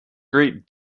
great